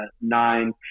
nine